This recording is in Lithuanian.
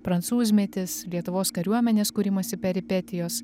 prancūzmetis lietuvos kariuomenės kūrimosi peripetijos